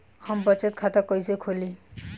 हम बचत खाता कइसे खोलीं?